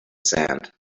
sand